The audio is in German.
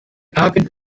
abend